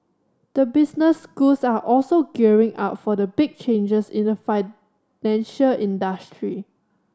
the business schools are also gearing up for the big changes in the financial industry